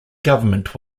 government